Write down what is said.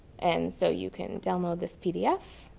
and so you can download this pdf